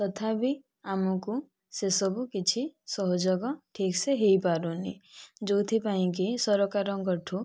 ତଥାପି ଆମକୁ ସେସବୁ କିଛି ସହଯୋଗ ଠିକ୍ସେ ହୋଇପାରୁ ନାହିଁ ଯେଉଁଥିପାଇଁକି ସରକାରଙ୍କଠୁ